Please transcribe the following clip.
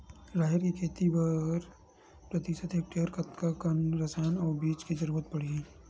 राहेर के खेती बर प्रति हेक्टेयर कतका कन रसायन अउ बीज के जरूरत पड़ही?